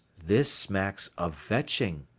this smacks of vetching.